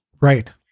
Right